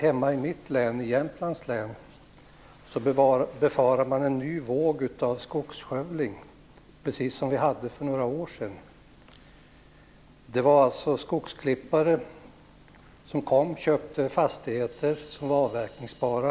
Hemma i mitt län, i Jämtlands län, befarar man en ny våg av skogsskövling, precis som man hade för några år sedan. Det var alltså skogsklippare som kom och köpte fastigheter som var avverkningsbara.